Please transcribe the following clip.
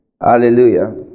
Hallelujah